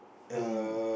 as in